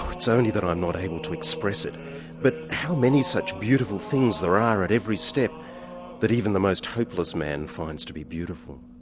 it's only that i'm not able to express it but how many such beautiful things there are at every step that even the most hopeless man finds to be beautiful.